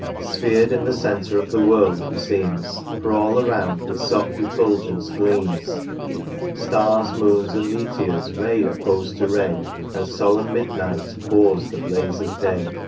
sphered in the centre of the world he seems. for all around with soft effulgence gleams stars, moons, and meteors ray oppose to ray. and solemn midnight pours the blaze of day.